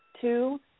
two